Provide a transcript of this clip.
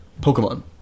Pokemon